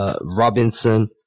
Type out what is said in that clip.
Robinson